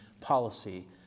policy